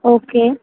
okay